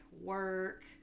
work